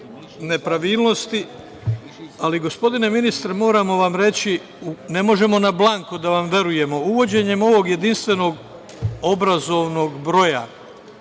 nepravilnosti. Gospodine ministre, moramo vam reći, ne možemo na blanko da vam verujemo, uvođenjem ovog jedinstvenog obrazovnog broja,